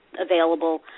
available